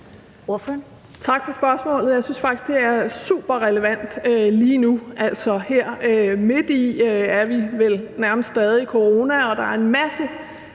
Tak for spørgsmålet. Jeg synes faktisk, det er super relevant lige nu. Altså, vi er vel nærmest stadig væk midt i corona, og der er en masse